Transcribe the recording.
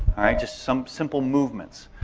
just some simple movements,